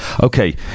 Okay